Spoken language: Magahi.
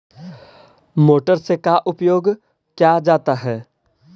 मोटर से का उपयोग क्या जाता है?